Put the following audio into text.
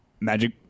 Magic